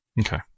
Okay